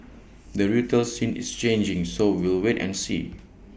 the retail scene is changing so we'll wait and see